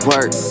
Work